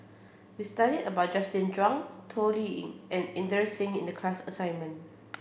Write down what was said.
we studied about Justin Zhuang Toh Liying and Inderjit Singh in the class assignment